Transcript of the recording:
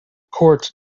court